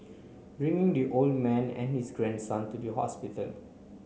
bringing the old man and his grandson to the hospital